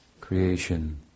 creation